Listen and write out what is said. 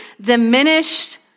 diminished